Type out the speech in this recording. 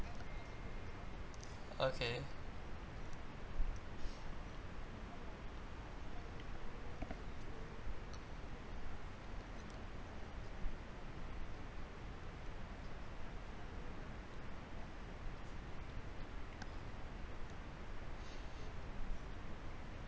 okay